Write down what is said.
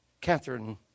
Catherine